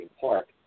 park